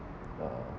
uh